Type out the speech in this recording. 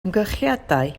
amgylchiadau